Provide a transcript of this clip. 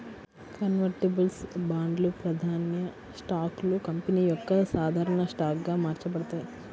convertibles బాండ్లు, ప్రాధాన్య స్టాక్లు కంపెనీ యొక్క సాధారణ స్టాక్గా మార్చబడతాయి